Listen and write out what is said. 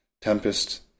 Tempest